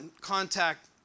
contact